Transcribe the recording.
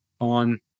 On